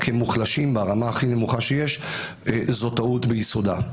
כמוחלשים ברמה הכי נמוכה שיש זאת טעות ביסודה.